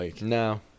No